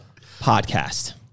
podcast